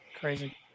Crazy